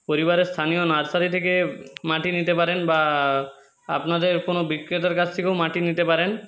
পরিবারের স্থানীয় নার্সারি থেকে মাটি নিতে পারেন বা আপনাদের কোনো বিক্রেতার কাছ থেকেও মাটি নিতে পারেন